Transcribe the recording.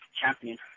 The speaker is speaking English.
champion